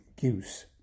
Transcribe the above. goose